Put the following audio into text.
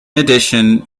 addition